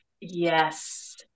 yes